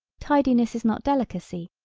tidiness is not delicacy,